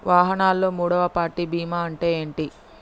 వాహనాల్లో మూడవ పార్టీ బీమా అంటే ఏంటి?